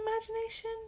imagination